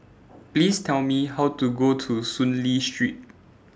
Please Tell Me How to Go to Soon Lee Street